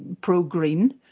pro-green